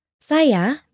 Saya